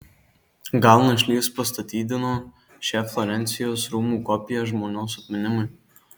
gal našlys pastatydino šią florencijos rūmų kopiją žmonos atminimui